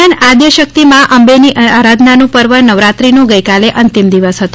દરમિયાન આદ્યશક્ત મા અંબેની આરાધનાનું પર્વ નવરાત્રિનો ગઇકાલે અંતિમ દિવસ હતો